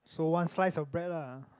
so one slice of bread lah